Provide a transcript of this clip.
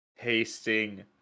tasting